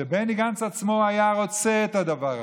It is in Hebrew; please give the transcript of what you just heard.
שבני גנץ עצמו היה רוצה את הדבר הזה.